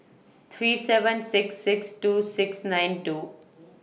three seven six six two six nine two